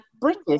British